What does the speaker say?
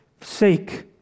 sake